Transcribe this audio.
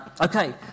Okay